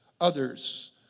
others